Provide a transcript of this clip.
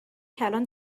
کلان